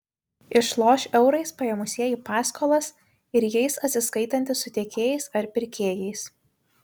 išloš eurais paėmusieji paskolas ir jais atsiskaitantys su tiekėjais ar pirkėjais